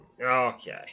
okay